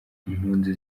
impunzi